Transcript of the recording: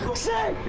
sir.